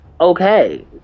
okay